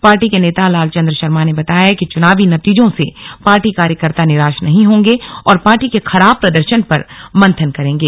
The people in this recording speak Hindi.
पार्टी के नेता लालचंद्र शर्मा ने बताया कि चुनावी नतीजों से पार्टी कार्यकर्ता निराश नहीं होंगे और पार्टी के खराब प्रदर्शन पर मंथन करेंगे